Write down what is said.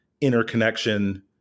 interconnection